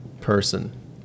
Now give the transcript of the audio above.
person